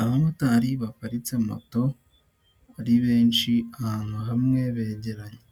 Abamotari baparitse moto ari benshi ahantu hamwe begeranye.